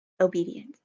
Obedience